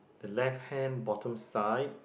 the left hand bottom side